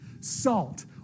Salt